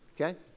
Okay